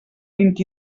vint